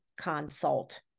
consult